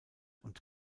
und